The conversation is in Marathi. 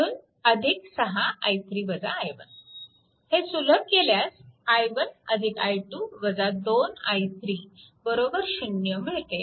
म्हणून 6 हे सुलभ केल्यास i1 i2 2i3 0 मिळते